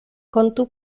kontu